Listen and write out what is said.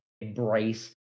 embrace